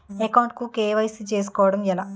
Account కు KYC చేసుకోవడం ఎలా?